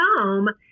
home